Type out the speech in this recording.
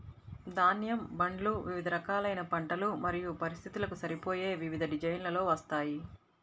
ధాన్యం బండ్లు వివిధ రకాలైన పంటలు మరియు పరిస్థితులకు సరిపోయే వివిధ డిజైన్లలో వస్తాయి